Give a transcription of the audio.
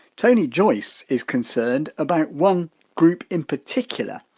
tony joyce is concerned about one group in particular.